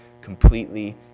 completely